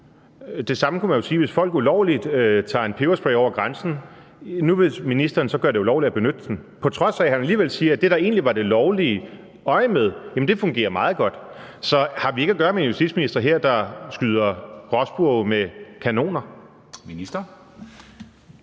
Det samme kunne man jo sige, hvis folk ulovligt tager en peberspray over grænsen. Nu vil ministeren gøre det ulovligt at benytte den, på trods af at han alligevel siger, at det, der egentlig var det lovlige øjemed, fungerer meget godt. Så har vi ikke at gøre med en justitsminister her, der skyder gråspurve med kanoner?